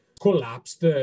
collapsed